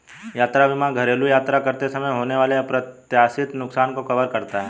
यात्रा बीमा घरेलू यात्रा करते समय होने वाले अप्रत्याशित नुकसान को कवर करता है